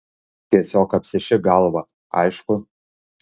tiesiog apsišik galvą aišku